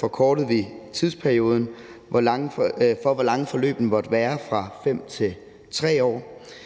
forkortede vi tidsperioden for, hvor lange forløbene måtte være, fra 5 til 3 år.